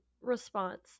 response